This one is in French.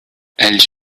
elles